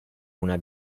una